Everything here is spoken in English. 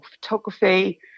photography